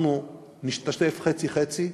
אנחנו נשתתף חצי-חצי.